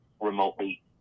remotely